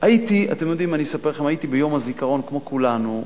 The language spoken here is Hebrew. אני אספר לכם, הייתי ביום הזיכרון, כמו כולנו,